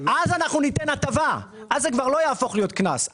אנחנו ניתן הטבה; אז זה כבר לא יהפוך להיות קנס,